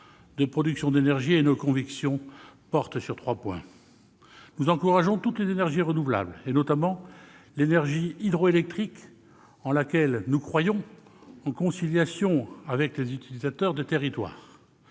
de production d'énergie. À ce titre, nos convictions portent sur trois points : nous encourageons toutes les énergies renouvelables, notamment l'énergie hydroélectrique, en laquelle nous croyons, en conciliation avec les utilisateurs des territoires